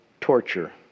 torture